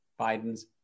Biden's